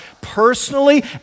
personally